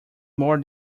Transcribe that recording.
more